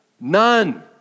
None